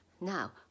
Now